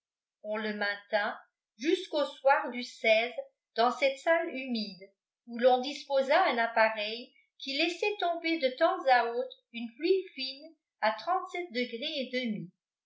on le maintint jusqu'au soir du dans cette salle humide où l'on disposa un appareil qui laissait tomber de temps à autre une pluie fine à degrés et demi